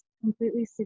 completely